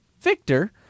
Victor